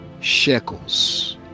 shekels